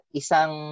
isang